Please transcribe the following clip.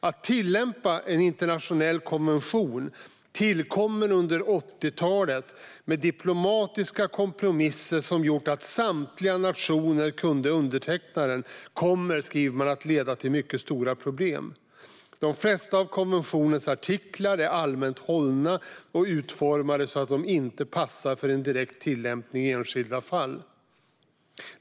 Att tillämpa en internationell konvention, tillkommen under 80-talet med diplomatiska kompromisser som gjort att samtliga nationer kunde underteckna den, kommer, skriver man, att leda till mycket stora problem. De flesta av konventionens artiklar är allmänt hållna och utformade så att de inte passar för en direkt tillämpning i enskilda fall.